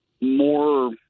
more